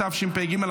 התשפ"ג 2023,